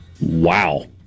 wow